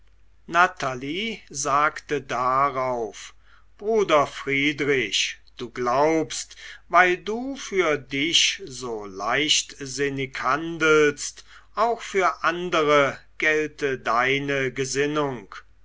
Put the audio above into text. natalie sagte darauf bruder friedrich du glaubst weil du für dich so leichtsinnig handelst auch für andere gelte deine gesinnung